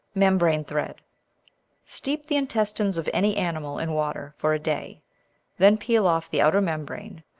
membrane thread steep the intestines of any animal in water for a day then peel off the outer membrane,